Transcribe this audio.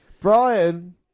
Brian